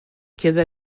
queda